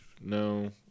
no